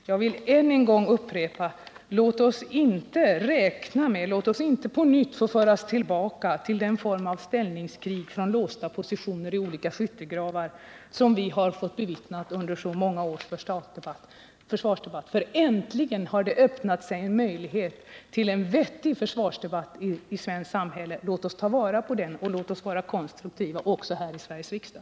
Jag vill än en gång upprepa: Låt oss inte på nytt föras tillbaka till den form av ställningskrig med låsta positioner som vi har fått bevittna under så många år i svensk försvarsdebatt. Äntligen har det öppnat sig en möjlighet till en vettig försvarsdebatt i det svenska samhället. Låt oss ta vara på den, och låt oss vara konstruktiva också här i Sveriges riksdag!